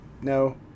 No